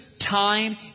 time